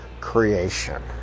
creation